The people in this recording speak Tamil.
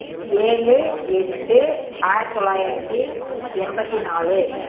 ஏழு எட்டு ஆயிரத்தி தொள்ளாயிரத்து எண்பத்தி நாலு